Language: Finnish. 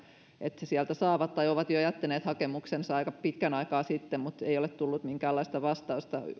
että sieltä mitään saavat tai jotka ovat jo jättäneet hakemuksensa aika pitkän aikaa sitten mutta ei ole tullut minkäänlaista vastausta